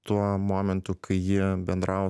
tuo momentu kai ji bendravo